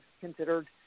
considered